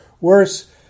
worse